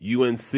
UNC